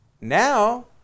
Now